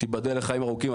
שתיבדל לחיים ארוכים,